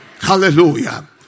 Hallelujah